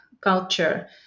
culture